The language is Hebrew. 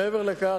מעבר לכך,